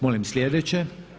Molim sljedeće.